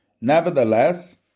Nevertheless